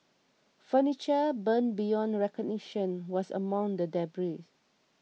furniture burned beyond recognition was among the debris